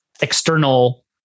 external